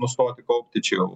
nustoti kaupti čia jau